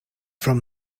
from